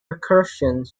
recursion